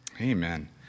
Amen